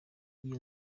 iyo